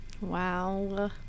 Wow